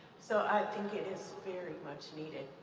so i think it is very much needed.